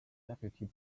deputy